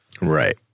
Right